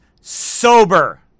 sober